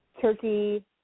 turkey